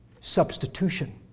Substitution